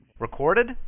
Recorded